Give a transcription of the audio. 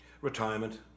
Retirement